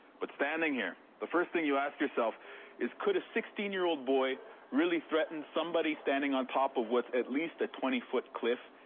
but standing here, the first thing you ask yourself is, could a sixteen year old boy really threaten somebody standing on top of what's at least a twenty foot cliff?